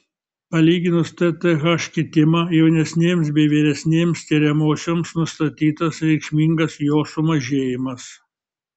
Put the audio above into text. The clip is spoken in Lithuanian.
palyginus tth kitimą jaunesnėms bei vyresnėms tiriamosioms nustatytas reikšmingas jo sumažėjimas